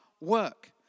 work